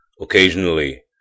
Occasionally